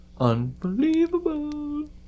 unbelievable